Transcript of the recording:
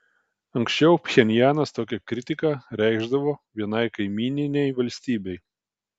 anksčiau pchenjanas tokią kritiką reikšdavo vienai kaimyninei valstybei